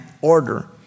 order